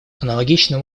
аналогичным